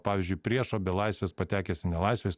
pavyzdžiui priešo belaisvis patekęs į nelaisvę jis